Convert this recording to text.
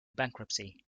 bankruptcy